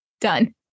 done